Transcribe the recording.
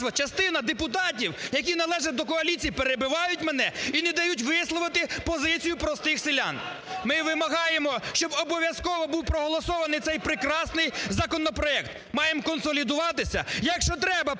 частина депутатів, які належать до коаліції, перебивають мене і не дають висловити позицію простих селян. Ми вимагаємо, щоб обов'язково був проголосований цей прекрасний законопроект. Маємо консолідуватися, якщо треба,